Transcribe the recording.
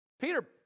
Peter